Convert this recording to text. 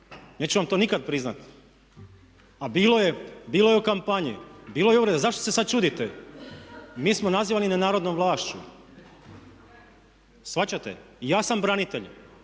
neću vam to nikad priznati, a bilo je u kampanji, bilo je uvreda. Zašto se sad čudite? Mi smo nazivani nenarodnom vlašću, shvaćate. I ja sam branitelj.